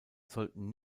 sollten